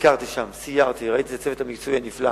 ביקרתי שם, סיירתי וראיתי את הצוות המקצועי הנפלא.